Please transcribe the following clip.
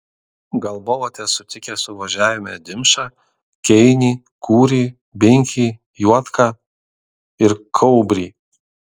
gal buvote sutikę suvažiavime dimšą keinį kūrį binkį juodką ir kaubrį